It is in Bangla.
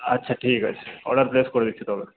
আচ্ছা ঠিক আছে অর্ডার প্লেস করে দিচ্ছি তবে